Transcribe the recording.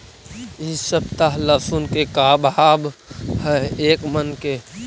इ सप्ताह लहसुन के का भाव है एक मन के?